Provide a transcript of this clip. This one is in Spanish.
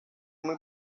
muy